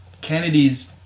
Kennedy's